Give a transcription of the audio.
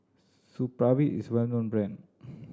Supravit is a well known brand